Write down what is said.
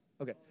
Okay